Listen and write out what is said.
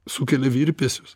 sukelia virpesius